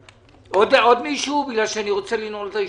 עוד מישהו כי אני רוצה לנעול את הישיבה.